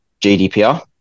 GDPR